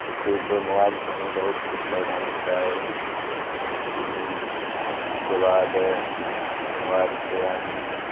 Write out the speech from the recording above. ایسے تو موبائل سے ہمیں بہت کچھ فائدہ ملتا ہے اس کے بعد موبائل سے ہم